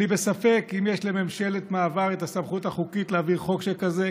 אני בספק אם יש לממשלת מעבר את הסמכות החוקית להעביר חוק שכזה,